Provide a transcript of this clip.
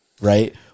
right